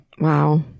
Wow